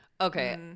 Okay